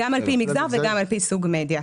גם על פי מגזר וגם על פי סוג מדיה.